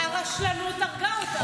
הרשלנות הרגה אותם.